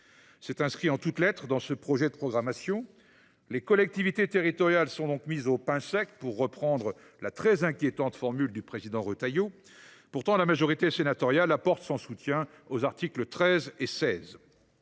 C’est inscrit en toutes lettres dans ce projet de programmation. Les collectivités territoriales sont mises au pain sec, pour paraphraser la très inquiétante formule du président Retailleau. Pourtant, la majorité sénatoriale apporte son soutien aux articles 13 et 16.